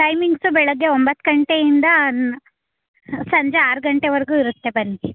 timings ಬೆಳಗ್ಗೆ ಒಂಬತ್ತು ಗಂಟೆಯಿಂದ ಸಂಜೆ ಆರು ಗಂಟೆವರೆಗೂ ಇರುತ್ತೆ ಬನ್ನಿ